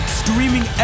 streaming